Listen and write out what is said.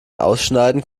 ausschneiden